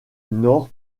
nord